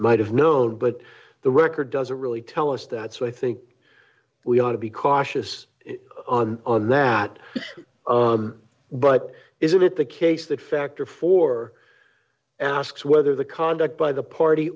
might have known but the record doesn't really tell us that so i think we ought to be cautious on that but isn't it the case that factor for asks whether the conduct by the party